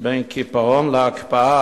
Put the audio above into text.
בין קיפאון להקפאה,